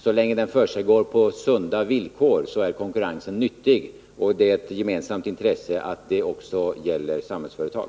Så länge konkurrensen utövas på sunda villkor är den nyttig, och det är ett gemensamt intresse att det också gäller Samhällsföretag.